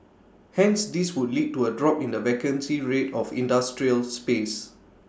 hence this would lead to A drop in the vacancy rate of industrial space